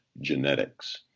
genetics